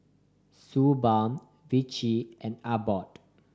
Suu Balm Vichy and Abbott